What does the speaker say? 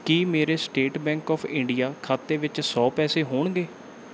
ਕੀ ਮੇਰੇ State Bank of India ਖਾਤੇ ਵਿੱਚ ਸੌ ਪੈਸੇ ਹੋਣਗੇ